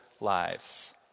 lives